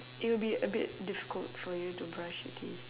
it would be a bit difficult for you to brush your teeth